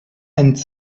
and